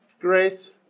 grace